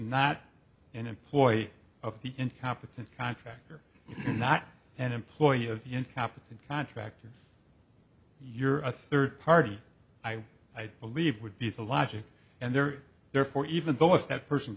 not an employee of the incompetent contractor not an employee of incompetent contractors you're a third party i i believe would be the logic and they're there for even though if that person